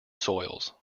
soils